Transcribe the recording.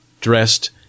dressed